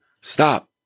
Stop